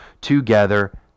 together